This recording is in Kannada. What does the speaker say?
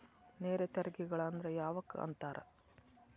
ನೇರ ತೆರಿಗೆಗಳ ಅಂದ್ರ ಯಾವಕ್ಕ ಅಂತಾರ